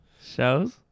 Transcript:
Shows